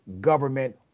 government